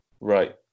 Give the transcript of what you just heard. Right